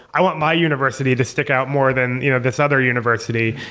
i want my university to stick out more than you know this other university.